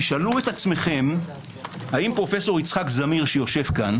תשאלו את עצמכם האם פרופ' יצחק זמיר שיושב פה,